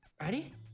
Ready